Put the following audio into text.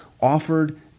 offered